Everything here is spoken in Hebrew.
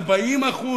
40%,